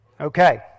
Okay